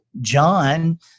John